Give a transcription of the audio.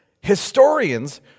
historians